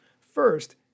First